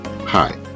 Hi